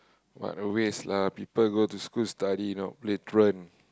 what a waste lah people go to school study you know play truant